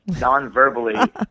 non-verbally